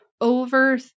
over